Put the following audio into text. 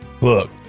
Look